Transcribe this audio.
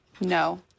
No